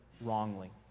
Wrongly